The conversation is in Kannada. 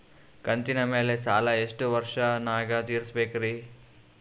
ಕಂತಿನ ಮ್ಯಾಲ ಸಾಲಾ ಎಷ್ಟ ವರ್ಷ ನ್ಯಾಗ ತೀರಸ ಬೇಕ್ರಿ?